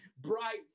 bright